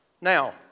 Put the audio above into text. Now